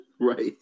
Right